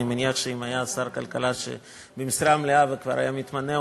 אני מניח שאם היה שר כלכלה במשרה מלאה וכבר היה מתמנה,